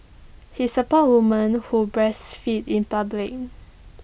he supports woman who breastfeed in public